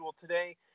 today